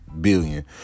billion